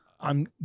I'm-